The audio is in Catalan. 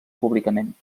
públicament